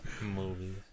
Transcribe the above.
Movies